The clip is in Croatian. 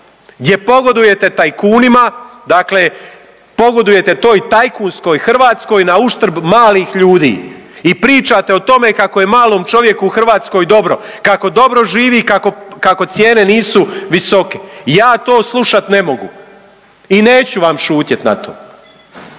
gdje pogodujete tajkunima, dakle pogodujete toj tajkunskoj Hrvatskoj nauštrb malih ljudi i pričate o tome kako je malom čovjeku u Hrvatskoj dobro, kako dobro živi i kako cijene nisu visoke. Ja to slušat ne mogu i neću vam šutjet na to.